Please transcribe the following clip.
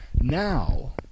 now